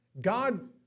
God